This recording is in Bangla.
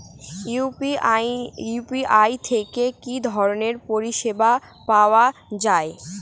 ইউ.পি.আই থেকে কি ধরণের পরিষেবা পাওয়া য়ায়?